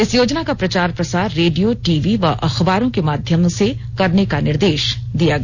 इस योजना का प्रचार प्रसार रेडियो टीवी व अखबारों के माध्यमों से करने का निर्देश दिया गया